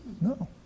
No